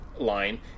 line